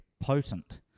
potent